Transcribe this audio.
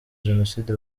jenoside